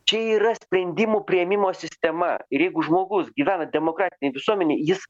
čia yra sprendimų priėmimo sistema ir jeigu žmogus gyvena demokratinėj visuomenėj jis